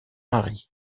mari